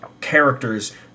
characters